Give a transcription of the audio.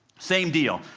same deal.